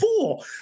four